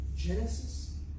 Genesis